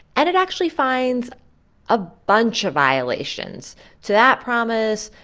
and it actually finds a bunch of violations to that promise,